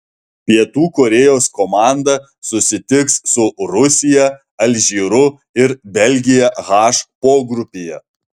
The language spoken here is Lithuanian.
pietų korėjos komanda susitiks su rusija alžyru ir belgija h pogrupyje